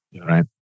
right